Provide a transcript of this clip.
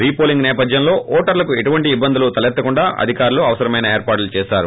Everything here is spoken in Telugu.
రీపోలింగ్ సేపథ్యంలో ఓటర్లకు ఎటువంటి ఇబ్బందులు తలెత్తకుండా అధికారులు ఏర్పాట్లు చేశారు